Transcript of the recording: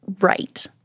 right